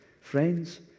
friends